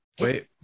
Wait